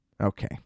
Okay